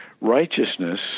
righteousness